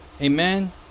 Amen